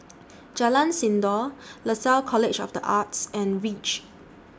Jalan Sindor Lasalle College of The Arts and REACH